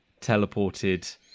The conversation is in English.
teleported